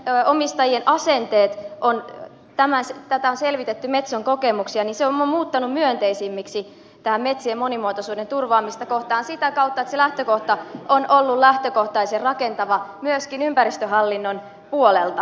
metsänomistajien asenteet ovat kun kokemuksia metsosta on selvitetty metson kokemuksieni selma muuttanu myönteisimmiksi muuttuneet myönteisemmiksi metsien monimuotoisuuden turvaamista kohtaan sitä kautta että se lähtökohta on ollut rakentava myöskin ympäristöhallinnon puolelta